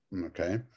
Okay